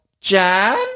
John